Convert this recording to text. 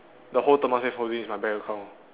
the whole Temasek holdings is my bank account